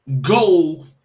go